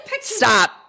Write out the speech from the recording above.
Stop